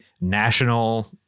national